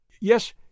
Yes